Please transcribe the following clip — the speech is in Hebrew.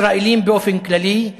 ישראלים באופן כללי,